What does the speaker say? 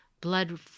blood